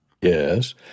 Yes